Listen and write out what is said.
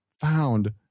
found